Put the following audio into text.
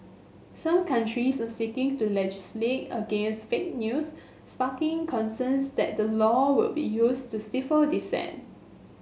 some countries are seeking to legislate against fake news sparking concerns that the law will be used to stifle dissent